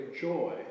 joy